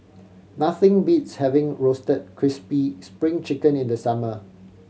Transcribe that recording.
nothing beats having Roasted Crispy Spring Chicken in the summer